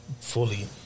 fully